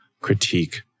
critique